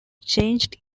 changed